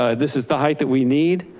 ah this is the height that we need.